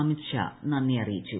അമിത്ഷാ നീന്ദ്രി അറിയിച്ചു